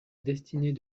destinée